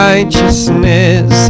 righteousness